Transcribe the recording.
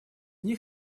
них